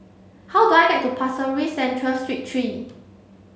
how do I get to Pasir Ris Central Street three